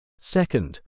Second